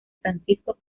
francisco